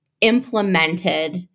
implemented